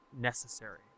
necessary